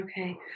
Okay